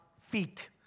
feet